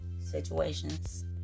situations